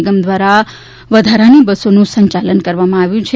નિગમ દ્વારા એકસ્ટ્રા બસોનું સંચાલન કરવામાં આવ્યું છે